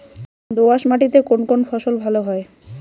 দোঁয়াশ মাটিতে কোন কোন ফসল ভালো হয়?